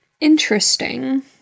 Interesting